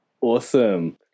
Awesome